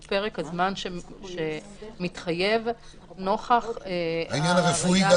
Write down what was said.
הוא פרק הזמן שמתחייב נוכח- - העניין הרפואי.